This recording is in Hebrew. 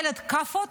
ילד כאפות